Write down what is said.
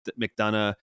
McDonough